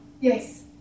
Yes